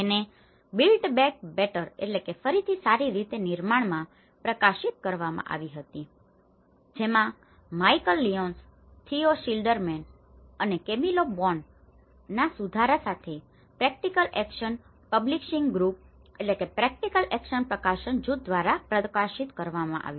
જેને built back better built back better ફરીથી સારી રીતે નિર્માણ માં પ્રકાશિત કરવામાં આવી હતી જેમાં માઇકલ લિયોન્સ થિયો શિલ્ડરમેન અને Camilo Boan Michal Lyons Theo Schilderman and with Camilo Boan ના સુધારા સાથે practical action publishing group practical action publishing group practical action પ્રકાશન જૂથ દ્વારા પ્રકાશિત કરવામાં આવી